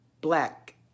black